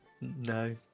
no